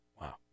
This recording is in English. Wow